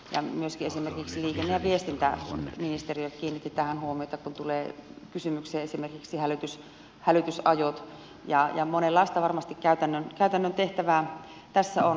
ja myöskin esimerkiksi liikenne ja viestintäministeriö kiinnitti tähän huomiota kun tulee kysymykseen esimerkiksi hälytysajot ja varmasti monenlaista käytännön tehtävää tässä on